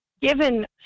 given